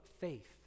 faith